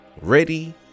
ready